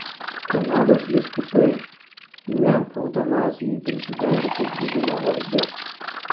kanados vyskupai ne eutanazijai prisidengusiai gydymo vardu